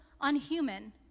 unhuman